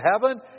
heaven